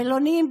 בלונים,